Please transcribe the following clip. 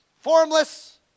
formless